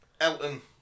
Elton